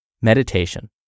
Meditation